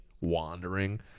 wandering